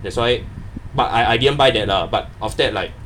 that's why but I I didn't buy that lah but after that like